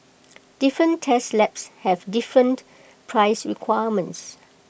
different test labs have different price requirements